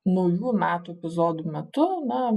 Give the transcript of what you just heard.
naujų metų epizodų metu na